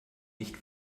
nicht